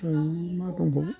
ओमफ्राय मा बुंबावनो